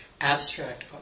abstract